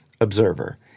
observer